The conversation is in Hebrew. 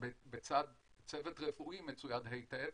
בצד צוות רפואי מצויד היטב,